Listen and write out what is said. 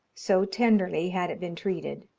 so tenderly had it been treated,